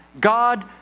God